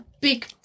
big